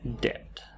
Debt